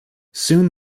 soon